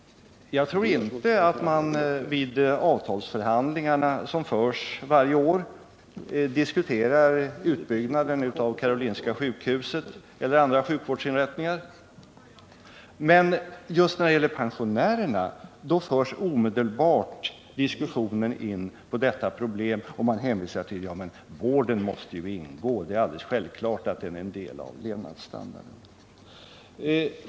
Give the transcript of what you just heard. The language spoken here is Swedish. Jag tror inte att man vid de avtalsförhandlingar som förs varje år diskuterar utbyggnaden av Karolinska sjukhuset eller andra sjukvårdsinrättningar. Men just när det gäller pensionärerna förs omedelbart diskussionen in på detta problem och man hänvisar till att vården måste ingå i levnadsstandarden.